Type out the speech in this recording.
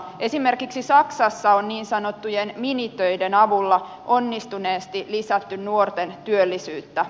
esimerkiksi saksassa on niin sanottujen minitöiden avulla onnistuneesti lisätty nuorten työllisyyttä